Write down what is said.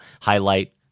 highlight